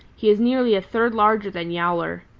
he is nearly a third larger than yowler.